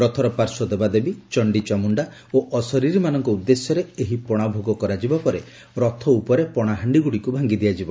ରଥର ପାର୍ଶ୍ୱ ଦେବାଦେବୀ ଚଣ୍ଡିଚାମୁଣ୍ଡା ଓ ଅଶରୀରମାନଙ୍କ ଉଦ୍ଦେଶ୍ୟରେ ଏହି ପଶା ଭୋଗ କରାଯିବାପରେ ରଥ ଉପରେ ପଣା ସହିତ ହାଣ୍ଡି ଗୁଡିକୁ ଭାଙ୍ଗି ଦିଆଯିବ